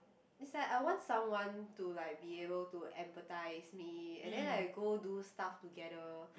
it's like I want someone to like be able to empathise me and then like go do stuff together